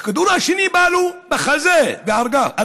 הכדור השני פגע לו בחזה והרגו.